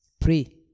pray